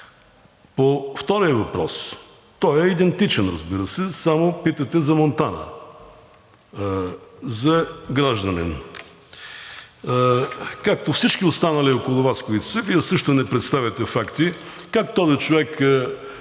По втория въпрос, той е идентичен, разбира се, само питате за Монтана, за гражданина. Както всички останали около Вас, които са, Вие също не представяте факти как този човек